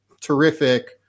terrific